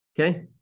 Okay